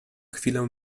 chwilę